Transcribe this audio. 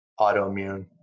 autoimmune